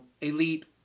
elite